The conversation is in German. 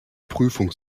prüfung